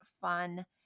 fun